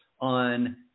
on